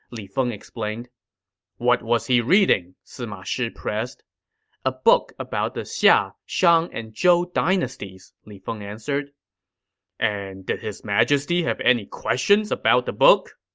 li feng explained what was he reading? sima shi pressed a book about the xia, shang, and zhou dynasties, li feng answered and did his majesty have any questions about the book?